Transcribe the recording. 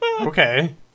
Okay